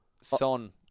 Son